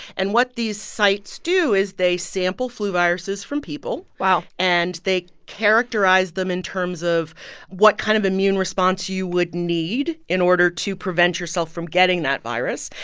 and what these sites do is they sample flu viruses from people wow and they characterize them in terms of what kind of immune response you would need in order to prevent yourself from getting that virus.